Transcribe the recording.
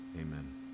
Amen